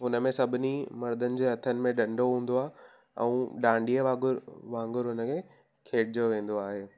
उनमें सभिनी मर्दनि जे हथनि में डंडो हूंदो आहे ऐं डांडिए वांगुर वांगुर उनखे खेॾियो वेंदो आहे